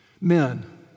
Men